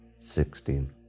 Sixteen